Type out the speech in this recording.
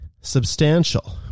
substantial